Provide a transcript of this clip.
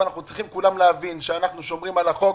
כולם צריכים להבין שאנחנו שומרים על החוק,